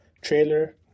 trailer